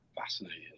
Fascinating